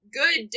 good